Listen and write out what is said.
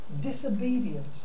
Disobedience